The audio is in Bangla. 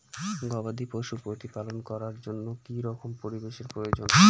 গবাদী পশু প্রতিপালন করার জন্য কি রকম পরিবেশের প্রয়োজন?